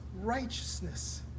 righteousness